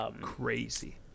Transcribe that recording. Crazy